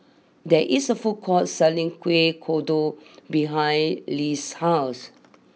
there is a food court selling Kueh Kodok behind Less' house